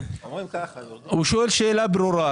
הוא שואל שאלה ברורה.